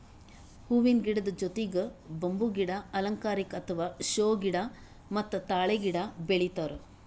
ಹೂವಿನ ಗಿಡದ್ ಜೊತಿಗ್ ಬಂಬೂ ಗಿಡ, ಅಲಂಕಾರಿಕ್ ಅಥವಾ ಷೋ ಗಿಡ ಮತ್ತ್ ತಾಳೆ ಗಿಡ ಬೆಳಿತಾರ್